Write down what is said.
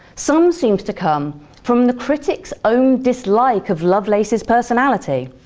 some seems to come from the critic's own dislike of lovelace's personality.